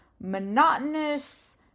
monotonous